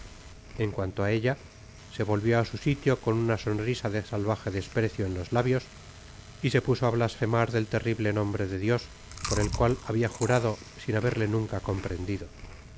en cuanto á ella se volvió á su sitio con una sonrisa de salvaje desprecio en los labios y se puso á blasfemar del terrible nombre de dios por el cual habia jurado sin haberle nunca comprendido